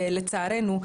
לצערנו,